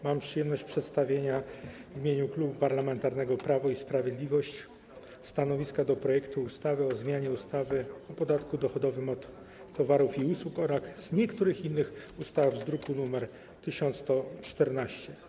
Mam przyjemność przedstawienia w imieniu Klubu Parlamentarnego Prawo i Sprawiedliwość stanowiska wobec projektu ustawy o zmianie ustawy o podatku dochodowym od towarów i usług oraz niektórych innych ustaw z druku nr 1114.